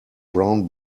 brown